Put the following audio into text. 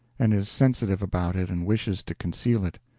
and is sensitive about it and wishes to conceal it.